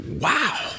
wow